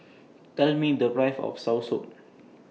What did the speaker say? Tell Me The Price of Soursop